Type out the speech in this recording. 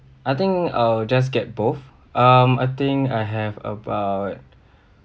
I think I'll just get both um I think I have about